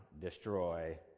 destroy